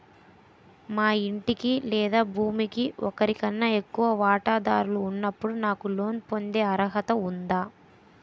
మా ఇంటికి లేదా భూమికి ఒకరికన్నా ఎక్కువ వాటాదారులు ఉన్నప్పుడు నాకు లోన్ పొందే అర్హత ఉందా?